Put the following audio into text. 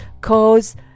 cause